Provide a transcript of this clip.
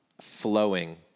flowing